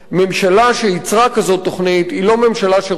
ממשלה שייצרה כזאת תוכנית היא לא ממשלה שרוצה